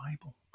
Bible